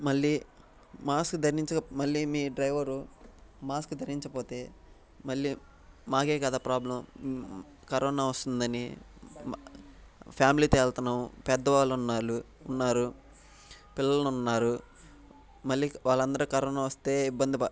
మళ్ళీ మాస్క్ ధరించక మళ్ళీ మీ డ్రైవరు మాస్క్ ధరించపోతే మళ్ళీ మాకే కదా ప్రాబ్లం కరోనా వస్తుందని ఫ్యామిలీతో వెళ్తూనాం పెద్దవాళ్ళు ఉన్నాలు ఉన్నారు పిల్లలు ఉన్నారు మళ్ళీ వాళ్ళందరకి కరోనా వస్తే ఇబ్బంది